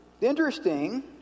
interesting